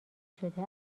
شده